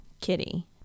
Kitty